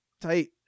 Tight